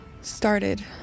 started